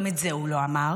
גם את זה הוא לא אמר,